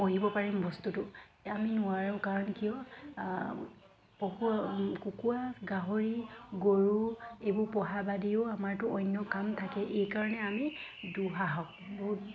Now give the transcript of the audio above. পুহিব পাৰিম বস্তুটো আমি নোৱাৰো কাৰণ কিয় পশু কুকুৰা গাহৰি গৰু এইবোৰ পোহা বাদেও আমাৰতো অন্য কাম থাকে এইকাৰণে আমি দুঃসাহস বহুত